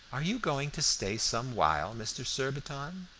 are you going to stay some while, mr. surbiton?